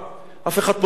אף אחד פה לא תמים.